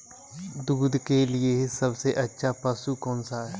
दूध के लिए सबसे अच्छा पशु कौनसा है?